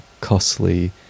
costly